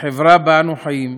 בחברה שאנו חיים,